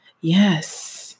yes